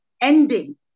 ending